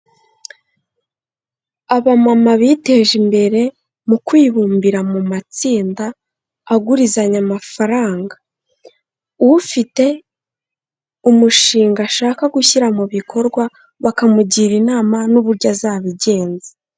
Abamama biteje imbere, mu kwibumbira mu matsinda, agurizanya amafaranga, ufite umushinga ashaka gushyira mu bikorwa bakamugira inama n'uburyo azabigenza.